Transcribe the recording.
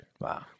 Wow